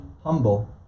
humble